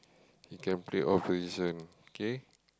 he can play all position okay